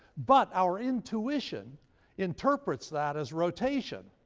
but our intuition interprets that as rotation.